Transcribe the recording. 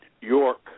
York